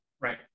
Right